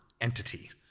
entity